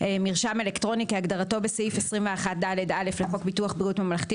"מרשם אלקטרוני" כהגדרתו בסעיף 21ד(א) לחוק ביטוח בריאות ממלכתי,